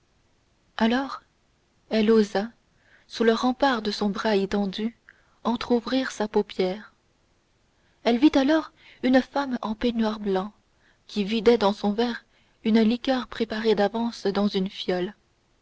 alors elle osa sous le rempart de son bras étendu entrouvrir sa paupière elle vit alors une femme en peignoir blanc qui vidait dans son verre une liqueur préparée d'avance dans une fiole